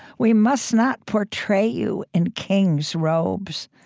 we must not portray you in king's robes,